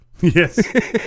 Yes